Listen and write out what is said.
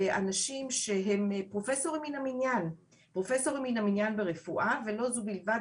לאנשים שהם פרופסורים מן המניין ברפואה ולא זו בלבד,